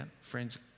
Friends